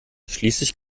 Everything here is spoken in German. schließlich